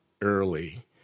early